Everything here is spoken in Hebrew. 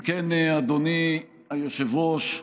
אם כן, אדוני היושב-ראש,